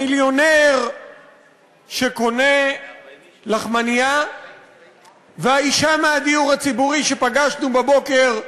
המיליונר שקונה לחמנייה והאישה מהדיור הציבורי שפגשנו בבוקר,